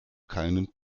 keinen